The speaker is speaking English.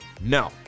No